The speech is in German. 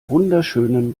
wunderschönen